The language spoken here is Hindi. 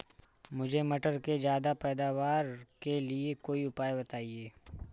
मुझे मटर के ज्यादा पैदावार के लिए कोई उपाय बताए?